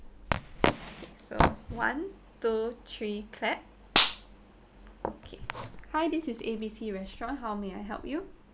so one two three clap okay hi this is A_B_C restaurants how may I help you